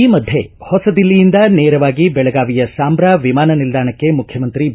ಈ ಮಧ್ಯೆ ಹೊಸ ದಿಲ್ಲಿಯಿಂದ ನೇರವಾಗಿ ಬೆಳಗಾವಿಯ ಸಾಂಭ್ರಾ ವಿಮಾನ ನಿಲ್ದಾಣಕ್ಕೆ ಮುಖ್ಯಮಂತ್ರಿ ಬಿ